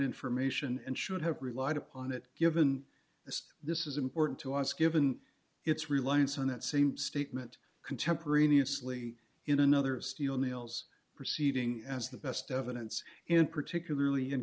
information and should have relied upon it given this this is important to us given its reliance on that same statement contemporaneously in another steel mills proceeding as the best evidence and particularly in